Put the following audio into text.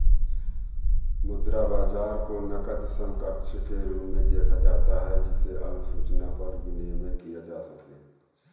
मुद्रा बाजार को नकद समकक्ष के रूप में देखा जाता है जिसे अल्प सूचना पर विनिमेय किया जा सके